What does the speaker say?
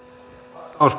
arvoisa